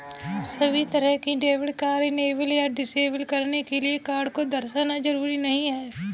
सभी तरह के डेबिट कार्ड इनेबल या डिसेबल करने के लिये कार्ड को दर्शाना जरूरी नहीं है